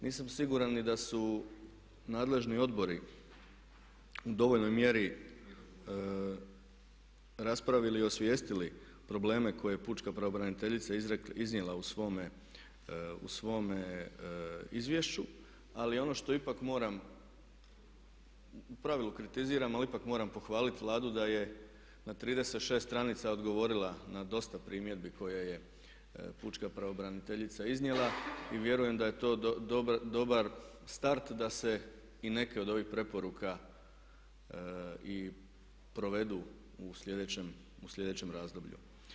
Nisam siguran ni da su nadležni odbori u dovoljnoj mjeri raspravili i osvijestili probleme koje je pučka pravobraniteljica iznijela u svome izvješću ali ono što ipak moram, u pravilu kritiziram ali ipak moram pohvaliti Vladu da je na 36 stranica odgovorila na dosta primjedbi koje je pučka pravobraniteljica iznijela i vjerujem da je to dobar start da se i neke od ovih preporuka i provedu u sljedećem razdoblju.